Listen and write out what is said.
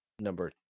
number